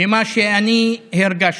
ממה שאני הרגשתי.